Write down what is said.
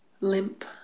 limp